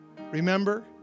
Remember